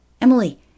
Emily